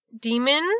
demon